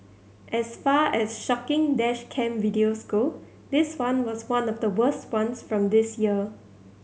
as far as shocking dash cam videos go this one was one of the worst ones from this year